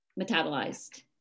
metabolized